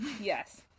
Yes